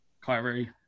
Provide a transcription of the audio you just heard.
Kyrie